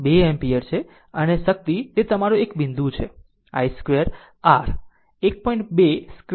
2 ampere છે અને શક્તિ તે તમારો એક બિંદુ છે i square r 1